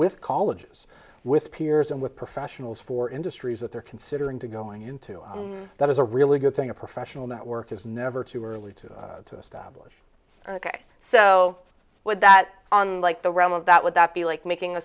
with colleges with peers and with professionals for industries that they're considering to going into that is a really good thing a professional network is never too early to establish ok so what that on like the realm of that would that be like making a